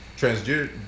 transgender